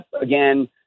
again